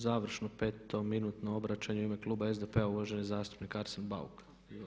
Završno 5. minutno obraćanje u ime Kluba SDP-a uvaženi zastupnik Arsen Bauk.